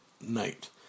Night